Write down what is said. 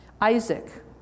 Isaac